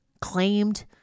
claimed